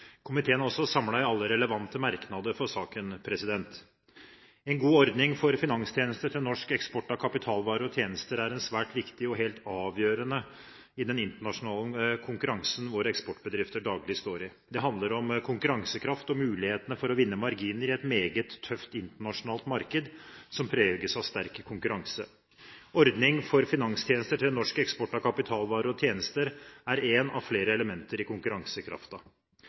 Komiteen er også samlet i alle relevante merknader for saken. En god ordning for finanstjenester til norsk eksport av kapitalvarer og tjenester er svært viktig og helt avgjørende i den internasjonale konkurransen våre eksportbedrifter daglig står i. Det handler om konkurransekraft og mulighetene for å vinne marginer i et meget tøft internasjonalt marked, som preges av sterk konkurranse. Ordning for finanstjenester til norsk eksport av kapitalvarer og tjenester er en av flere elementer i